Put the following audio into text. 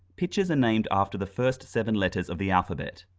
pitches are named after the first seven letters of the alphabet,